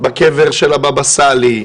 בקבר של הבבא סאלי,